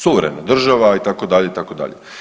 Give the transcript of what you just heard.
Suverena država itd., itd.